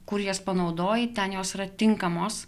kur jas panaudoji ten jos yra tinkamos